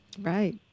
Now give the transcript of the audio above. right